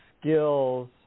skills